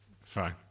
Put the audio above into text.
Fine